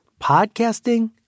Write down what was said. Podcasting